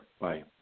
Bye